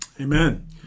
Amen